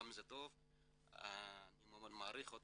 זה בעיה.